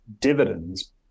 dividends